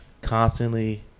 constantly